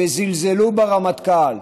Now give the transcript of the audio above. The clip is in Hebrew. וזלזלו ברמטכ"ל.